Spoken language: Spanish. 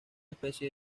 especie